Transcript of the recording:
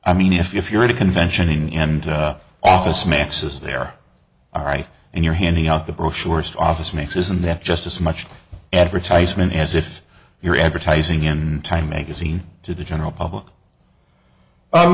i mean if you're at a convention in the end office max is there all right and you're handing out the brochures office makes isn't that just as much advertisement as if you're advertising in time magazine to the general public